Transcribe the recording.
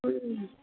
हुँ